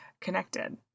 connected